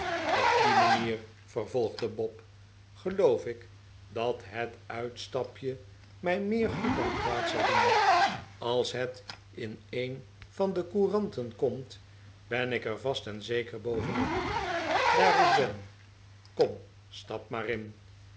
op die manier vervolgde bob geloof ik dat het uitstapje mij meer goed dan kwaad zal doen als het in een van de couranten komt ben ik er vast en zeker bovenop daar is ben kom stap maar in